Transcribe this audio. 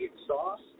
exhaust